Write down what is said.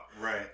Right